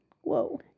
Whoa